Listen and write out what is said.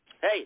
Hey